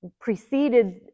preceded